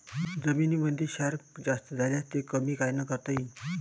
जमीनीमंदी क्षार जास्त झाल्यास ते कमी कायनं करता येईन?